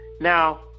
Now